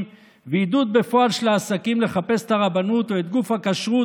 ועידוד בפועל של העסקים לחפש את הרבנות או את גוף הכשרות